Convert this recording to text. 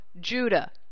Judah